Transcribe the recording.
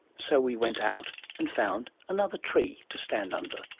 so we went out and found another tree to stand under.